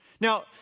Now